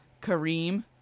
Kareem